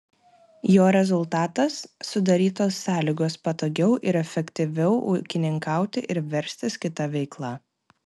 jo rezultatas sudarytos sąlygos patogiau ir efektyviau ūkininkauti ir verstis kita veikla